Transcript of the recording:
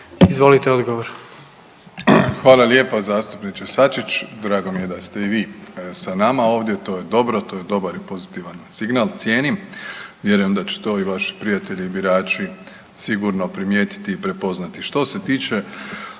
Andrej (HDZ)** Hvala lijepa zastupniče Sačić. Drago mi je da ste i vi sa nama ovdje, to je dobro, to je dobar i pozitivan signal, cijenim. Vjerujem da će to i vaši prijatelji birači sigurno primijetiti i prepoznati. Što se tiče